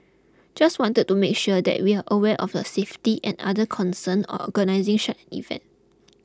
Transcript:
just wanted to make sure that we were aware of the safety and other concerns or organising event